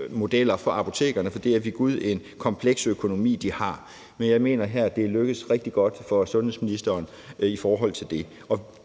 økonomimodeller for apotekerne, for det er ved gud en kompleks økonomi, de har, men jeg mener, at det er lykkedes rigtig godt her for sundhedsministeren.